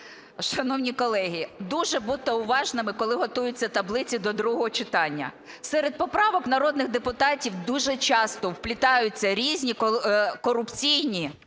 Шановні колеги, дуже будьте уважними, коли готуються таблиці до другого читання. Серед поправок народних депутатів дуже часто вплітаються різні корупційні